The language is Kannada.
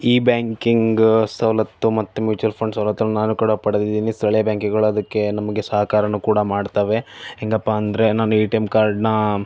ಇ ಬ್ಯಾಂಕಿಂಗ್ ಸವಲತ್ತು ಮತ್ತು ಮ್ಯುಚುವಲ್ ಫಂಡ್ ಸವಲತ್ತು ನಾನು ಕೂಡ ಪಡೆದಿದ್ದೀನಿ ಸ್ಥಳೀಯ ಬ್ಯಾಂಕಿಂಗ್ಗಳು ಅದಕ್ಕೆ ನಮಗೆ ಸಹಕಾರನೂ ಕೂಡ ಮಾಡ್ತವೆ ಹೆಂಗಪ್ಪ ಅಂದರೆ ನಾನು ಎ ಟಿ ಎಂ ಕಾರ್ಡ್ನ